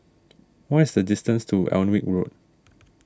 what is the distance to Alnwick Road